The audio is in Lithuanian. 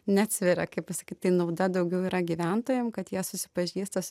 neatsveria kaip pasakyt tai nauda daugiau yra gyventojam kad jie susipažįsta su